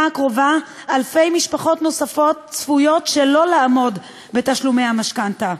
הקרובה אלפי משפחות נוספות צפויות שלא לעמוד בתשלומי המשכנתה,